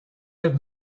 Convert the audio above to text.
have